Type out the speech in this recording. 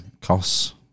costs